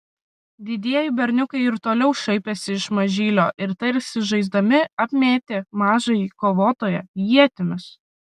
didieji berniukai ir toliau šaipėsi iš mažylio ir tarsi žaisdami apmėtė mažąjį kovotoją ietimis